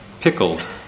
pickled